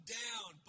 down